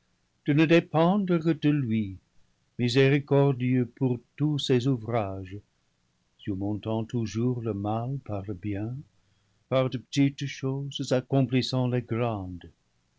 de ne dépendre que de lui miséricordieux pour tous ses ouvrages surmontant toujours le mal par le bien par de petites choses accomplissant les grandes